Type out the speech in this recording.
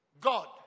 God